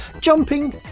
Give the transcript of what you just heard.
Jumping